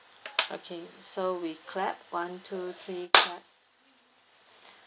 okay so we clap one two three clap